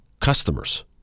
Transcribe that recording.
customers